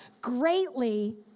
greatly